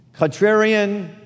contrarian